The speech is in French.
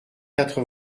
quatre